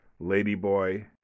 ladyboy